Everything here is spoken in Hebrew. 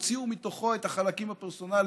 שהוציאו מתוכו את החלקים הפרסונליים.